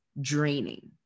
draining